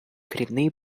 коренные